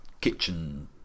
kitchen